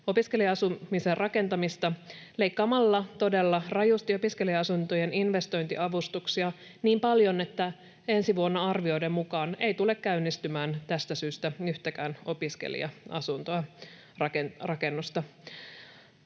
opiskelija-asumisen rakentamista leikkaamalla todella rajusti opiskelija-asuntojen investointiavustuksia niin paljon, että ensi vuonna arvioiden mukaan ei tule käynnistymään tästä syystä yhtäkään opiskelija-asuntorakennusta.